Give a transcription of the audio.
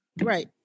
Right